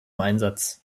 einsatz